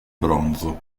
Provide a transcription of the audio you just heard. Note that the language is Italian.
bronzo